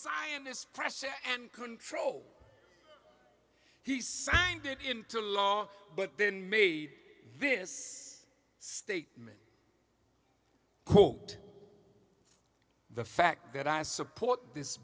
scientists pressure and control he signed it into law but then maybe this statement quote the fact that i support this